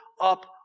up